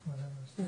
לא הבנתי.